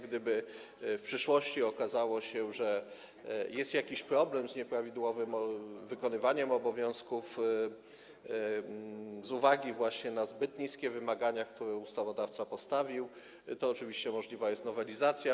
Gdyby w przyszłości okazało się, że jest jakiś problem z nieprawidłowym wykonywaniem obowiązków z uwagi właśnie na zbyt niskie wymagania, które ustawodawca postawił, to oczywiście możliwa jest nowelizacja.